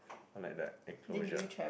oh like the enclosure